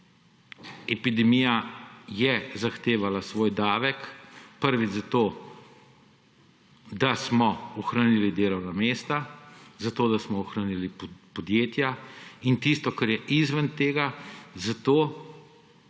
epidemija je zahtevala svoj davek. Prvič, zato da smo ohranili delovna mesta, zato da smo ohranili podjetja, in tisto, kar je izven tega, zato